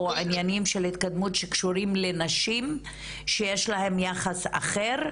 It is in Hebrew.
או עניינים של התקדמות שקשורים לנשים שיש להן יחס אחר,